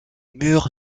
mur